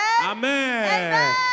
Amen